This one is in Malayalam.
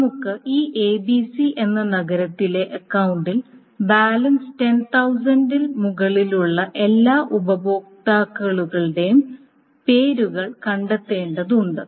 നമുക്ക് ഈ എബിസി എന്ന നഗരത്തിലെ അക്കൌണ്ടിൽ ബാലൻസ് 10000ൽ മുകളിലുള്ള എല്ലാ ഉപഭോക്താക്കളുടെയും പേരുകൾ കണ്ടെത്തേണ്ടതുണ്ട്